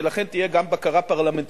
ולכן תהיה גם בקרה פרלמנטרית,